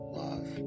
love